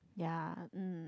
ya um